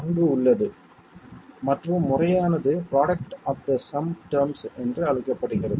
அங்கு உள்ளது மற்றும் முறையானது product of the sum terms என்று அழைக்கப்படுகிறது